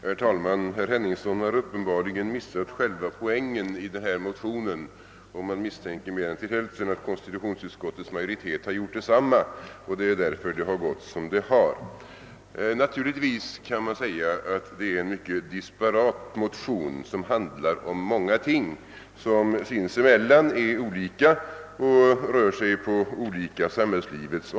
Herr, talman! Herr Henningsson har uppenbarligen missat själva poängen i motionen och man kan starkt misstänka att konstitutionsutskottets majoritet har gjort detsamma. Det är väl därför det har gått som det har gjort. Naturligtvis kan man säga att motionen är disparat och handlar om många ting som sinsemellan är olika och berör olika områden av samhällslivet.